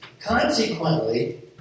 consequently